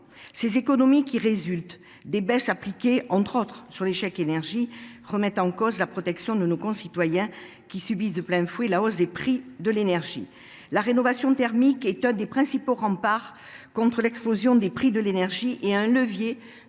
Ces économies, qui résultent des baisses appliquées, entre autres, au dispositif des chèques énergie, remettent en cause la protection de nos concitoyens qui subissent de plein fouet la hausse des prix de l’énergie. La rénovation thermique est l’un des principaux remparts contre l’explosion des prix de l’énergie et un levier